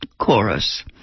chorus